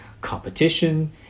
competition